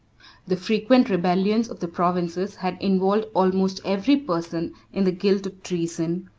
the frequent rebellions of the provinces had involved almost every person in the guilt of treason,